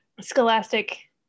scholastic